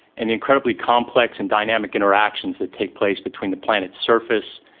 and the incredibly complex and dynamic interactions that take place between the planet's surface,